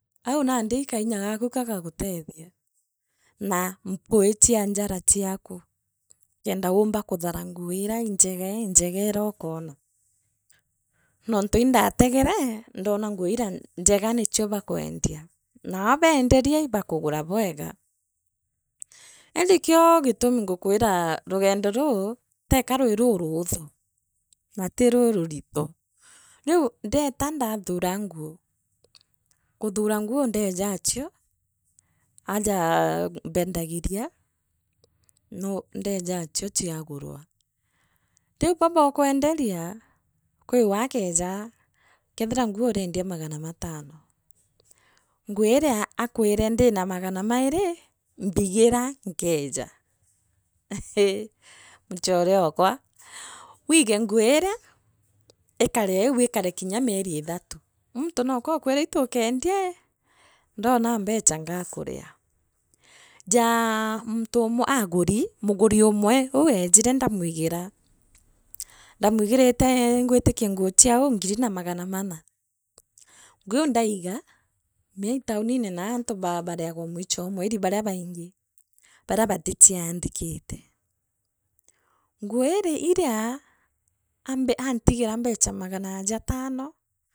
Au nandi ii kairya gaaku gagagatethia. na mpui chia njara chiaku, kenda uumba kuthara nguu iria injeega injeega eria ukoona. Nontu indategerea ndoona nguu iria nj njega nicio bakweendia na waabeenderia ibakwenda kugura bwega indi ikio gitumi ngakwira rugendo ruu teeka rwi ruruthi na ti rururito riu ndeeta ndaathura nguu kuuthura nguu ndeeja achio ajaa mbedagiria nuu ndeeja ochio chiagurwa riu baaba ukweenderia kwiwe akeeja kethra nguu urienda magara matano nguu iria akwire eena magana mairi mbigira nkeeja hhii muchore okwa, wiige nguu iria, ikari au ikare kirya mieri ithatu, muntu nooka ookwira iitu ukeendia ii ndoona mbeecha ngakuria. Jaa muntu umwe aaguri muguri umwe weejire ndamwigira, ndamwigirite ingwitikia chia uu ngiri na magana mana, nguu iu ndaiga mea ii tauninen naa naa antu bariagwa mwicho oo mweria baria baingi baria batichoandikite nguo, iri iria antigira mbeca magana matano.